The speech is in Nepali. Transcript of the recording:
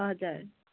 हजुर